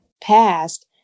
past